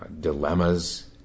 dilemmas